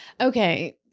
Okay